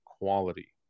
quality